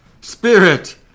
Spirit